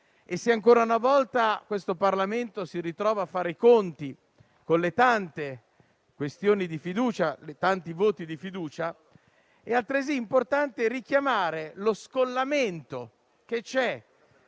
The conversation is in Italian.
e se, ancora una volta, questo Parlamento si ritrova a fare i conti con le tante questioni di fiducia e i tanti voti di fiducia, è altresì importante richiamare lo scollamento che c'è